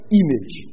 image